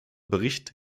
bericht